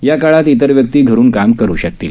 या काळात इतर व्यक्ती घरून काम करु शकतील